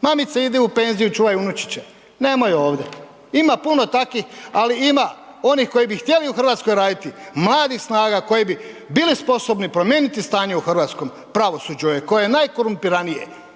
Mamice, idi u penziju, čuvaj unučiće. Nemoj ovdje. Ima puno takvih, ali ima onih koji bi htjeli u Hrvatskoj raditi, mladih snaga koji bi bili sposobni promijeniti stanje u hrvatskom pravosuđu koje je najkorumpiranije,